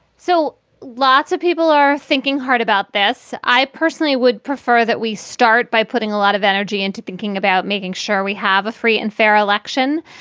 so lots of people are thinking hard about this. i personally would prefer that we start by putting a lot of energy into thinking about making sure we have a free and fair election.